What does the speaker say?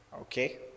Okay